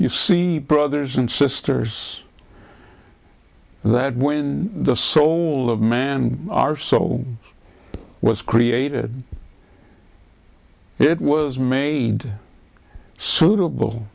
you see brothers and sisters that when the soul of man our soul was created it was made suitable